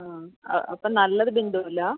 ആ ആ അപ്പം നല്ലത് ബിന്ദുവിലാണ്